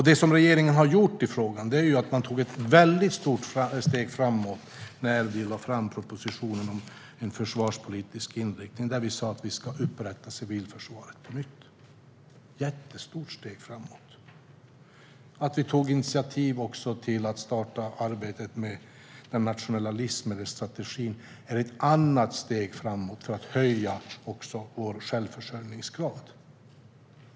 Det som regeringen har gjort i frågan är att vi tog ett mycket steg framåt när vi lade fram propositionen om en försvarspolitisk inriktning, där vi sa att vi ska upprätta civilförsvaret på nytt. Det är ett mycket stort steg framåt. Vi har också tagit initiativ till att starta arbetet med den nationella livsmedelsstrategin. Det är ett annat steg framåt för att öka vår självförsörjningsgrad.